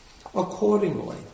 Accordingly